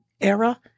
era